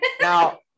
Now